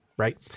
Right